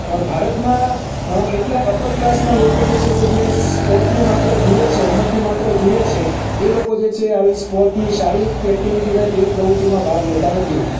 ભારતમાં એટલા અપર ક્લાસનાં લોકો જે છે જે સ્પોર્ટને માત્ર જુએ છે રમતને માત્ર જુએ છે એ લોકો જે છે આવી સ્પોર્ટની શારીરિક એક્ટિવિટી થાય તેવી પ્રવૃત્તિમાં ભાગ લેતા નથી